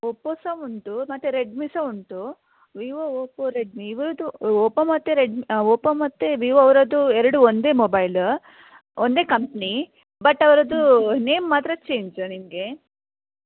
Oppo ಸಹ ಉಂಟು ಮತ್ತು ರೆಡ್ಮಿ ಸಹ ಉಂಟು ವೀವೋ ಓಪ್ಪೋ ರೆಡ್ಮಿ ಇವರದ್ದು ಓಪ್ಪೋ ಮತ್ತು ರೆಡ್ಮ್ ಓಪ್ಪೋ ಮತ್ತು ವೀವೋ ಅವರದ್ದು ಎರಡೂ ಒಂದೇ ಮೊಬೈಲು ಒಂದೇ ಕಂಪ್ನಿ ಬಟ್ ಅವರದ್ದು ನೇಮ್ ಮಾತ್ರ ಚೇಂಜು ನಿಮಗೆ